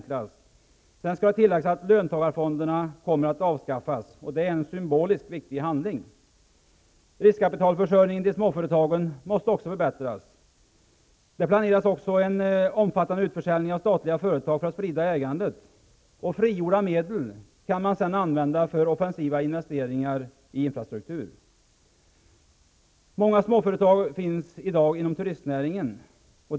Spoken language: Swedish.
Sedan kan tilläggas att löntagarfonderna kommer att avskaffas. Det är en symboliskt viktig handling. Riskkapitalförsörjningen till småföretagen måste också förbättras. Det planeras en omfattande utförsäljning av statliga företag för att sprida ägandet. Frigjorda medel kan man sedan använda till offensiva investeringar i infrastruktur. Många småföretag finns i dag inom turistnäringen.